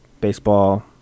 baseball